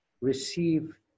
receive